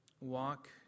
walk